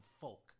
folk